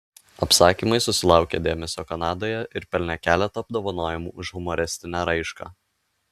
apsakymai susilaukė dėmesio kanadoje ir pelnė keletą apdovanojimų už humoristinę raišką